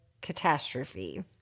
catastrophe